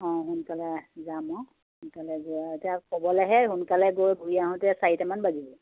অঁ সোনকালে যাম আৰু সোনকালে গৈ আৰু এতিয়া ক'বলৈহে সোনকালে গৈ ঘূৰি আহোঁতে চাৰিটামান বাজিব